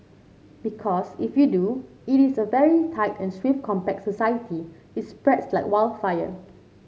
because if you do it is a very tight and swift compact society it spreads like wild fire